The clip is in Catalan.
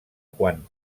quan